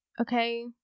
okay